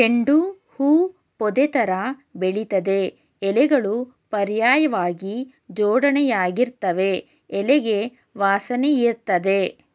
ಚೆಂಡು ಹೂ ಪೊದೆತರ ಬೆಳಿತದೆ ಎಲೆಗಳು ಪರ್ಯಾಯ್ವಾಗಿ ಜೋಡಣೆಯಾಗಿರ್ತವೆ ಎಲೆಗೆ ವಾಸನೆಯಿರ್ತದೆ